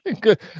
good